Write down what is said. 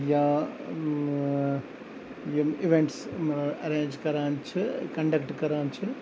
یا یِم events arrange کَران چھِ کَنڈکٹہٕ کَران چھِ